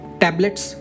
tablets